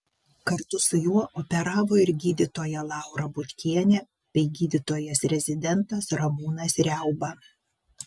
kartu su juo operavo ir gydytoja laura butkienė bei gydytojas rezidentas ramūnas riauba